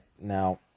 Now